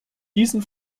diesen